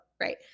right